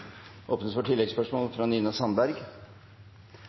åpnes for oppfølgingsspørsmål – Nina Sandberg.